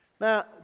Now